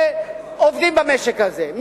שעובדים במשק הזה,